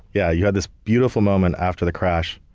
yeah, you had this beautiful moment after the crash,